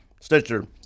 stitcher